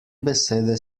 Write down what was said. besede